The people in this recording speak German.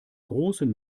großen